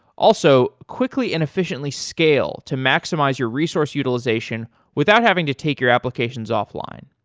also, quickly and efficiently scale to maximize your resource utilization without having to take your applications off-line.